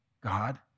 God